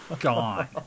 gone